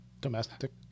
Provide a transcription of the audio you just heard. domestic